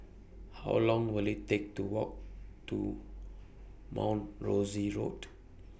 How Long Will IT Take to Walk to Mount Rosie Road